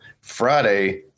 Friday